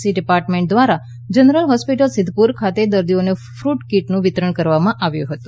C department દ્વારા general hospital Sidhpur ખાતે દર્દીઓને ફ્રટની કીટનું વિતરણ કરવામાં આવ્યું હતું